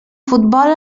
futbol